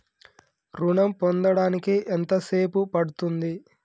ఋణం పొందడానికి ఎంత సేపు పడ్తుంది?